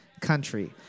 country